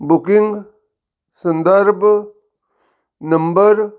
booking ਸੰਦਰਭ number